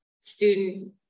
student